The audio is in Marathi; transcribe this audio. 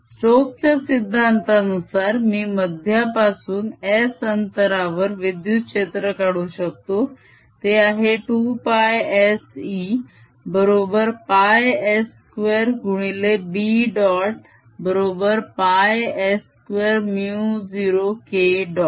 स्टोक च्या सिद्धांतानुसार मी मध्यापासून S अंतरावर विद्युत क्षेत्र काढू शकतो ते आहे 2πSE बरोबर πS2 गुणिले B डॉट बरोबर πS2μ0K डॉट